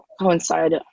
coincide